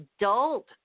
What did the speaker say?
adult